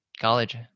college